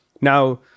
Now